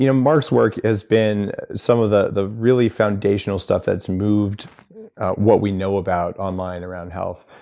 you know mark's work has been some of the the really foundational stuff that's moved what we know about online around health,